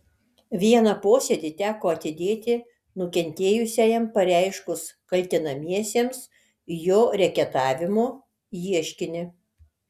vieną posėdį teko atidėti nukentėjusiajam pareiškus kaltinamiesiems jo reketavimu ieškinį